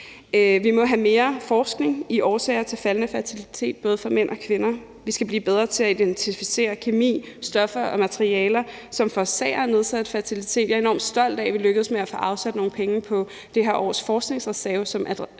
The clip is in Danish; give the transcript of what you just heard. Vi må have mere forskning i årsager til faldende fertilitet både hos mænd og kvinder. Vi skal blive bedre til at identificere kemi, stoffer og materialer, som forårsager nedsat fertilitet. Jeg er enormt stolt af, at vi lykkedes med at få afsat nogle penge på det her års forskningsreserve, som